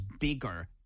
bigger